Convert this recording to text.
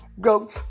go